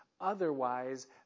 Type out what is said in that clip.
otherwise